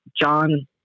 John